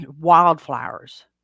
wildflowers